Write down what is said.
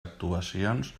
actuacions